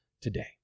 today